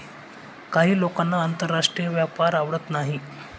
काही लोकांना आंतरराष्ट्रीय व्यापार आवडत नाही